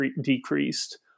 decreased